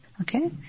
Okay